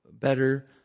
better